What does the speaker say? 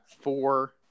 four